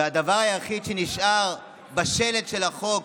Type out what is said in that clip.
והדבר היחיד שנשאר בשלד של החוק,